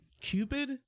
Cupid